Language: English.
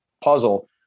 puzzle